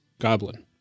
Goblin